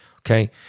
okay